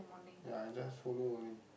ya I just follow only